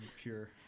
pure